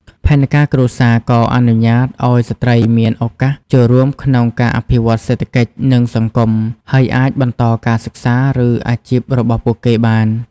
ផែនការគ្រួសារក៏អនុញ្ញាតឲ្យស្ត្រីមានឱកាសចូលរួមក្នុងការអភិវឌ្ឍសេដ្ឋកិច្ច និងសង្គម ហើយអាចបន្តការសិក្សា ឬអាជីពរបស់ពួកគេបាន។